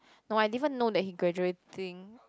no I even know that he graduating